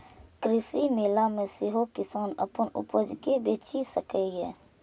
कृषि मेला मे सेहो किसान अपन उपज कें बेचि सकैए